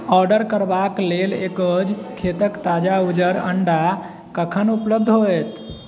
order करबाक लेल एग्गोज़ खेतक ताजा उजर अण्डा कखन उपलब्ध होएत